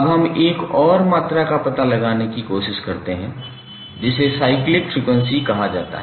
अब हम एक और मात्रा का पता लगाने की कोशिश करते हैं जिसे साइक्लिक फ्रीक्वेंसी कहा जाता है